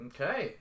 Okay